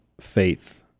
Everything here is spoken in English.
faith